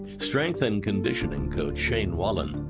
strength and conditioning coach, shane wallen,